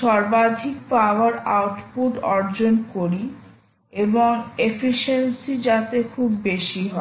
সর্বাধিক power output অর্জন করি এবং ইফিসিয়েন্সি যাতে খুব বেশি হয়